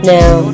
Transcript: Now